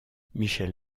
michel